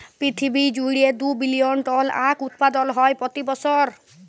পিরথিবী জুইড়ে দু বিলিয়ল টল আঁখ উৎপাদল হ্যয় প্রতি বসর